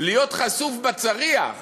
להיות חשוף בצריח